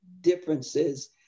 differences